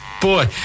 boy